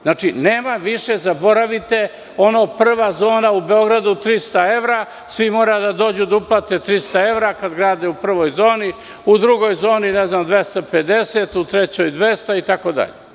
Znači, nema više, zaboravite ono – prva zona u Beogradu 300 evra, svimoraju da uplate 300 evra kada grade u prvoj zoni, u drugoj zoni 250, u trećoj 200 itd.